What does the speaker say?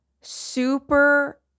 super